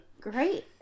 great